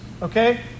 Okay